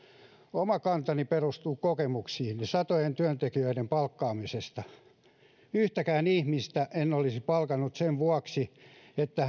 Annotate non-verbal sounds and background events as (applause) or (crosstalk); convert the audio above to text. oma kantani perustuu kokemuksiin satojen työntekijöiden palkkaamisesta yhtäkään ihmistä en olisi palkannut sen vuoksi että (unintelligible)